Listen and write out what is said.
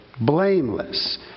blameless